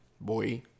Boy